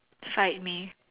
fight me